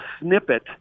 snippet